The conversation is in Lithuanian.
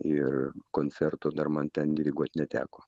ir koncerto dar man ten diriguot neteko